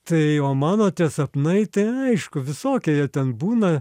tai o mano tie sapnai tai aišku visokie jie ten būna